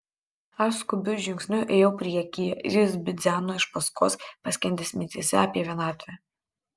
aš skubiu žingsniu ėjau priekyje jis bidzeno iš paskos paskendęs mintyse apie vienatvę